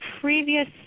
previous